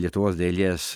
lietuvos dailės